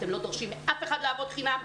אתם לא דורשים מאף אחד לעבוד חינם.